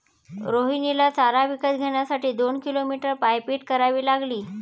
रोहिणीला चारा विकत घेण्यासाठी दोन किलोमीटर पायपीट करावी लागली